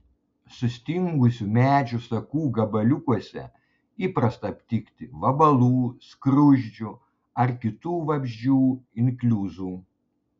sustingusių medžių sakų gabaliukuose įprasta aptikti vabalų skruzdžių ar kitų vabzdžių inkliuzų